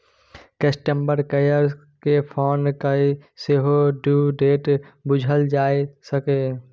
customer care केँ phone कए सेहो ड्यु डेट बुझल जा सकैए